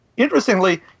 Interestingly